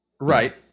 Right